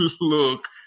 Look